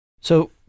So-